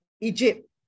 Egypt